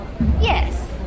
Yes